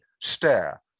stare